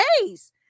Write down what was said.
days